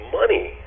money